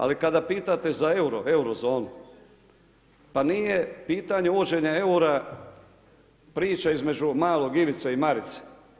Ali, kada pitate za euro, Eurozonu, pa nije pitanje uvođenja eura priča između malog Ivice i Marice.